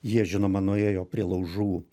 jie žinoma nuėjo prie laužų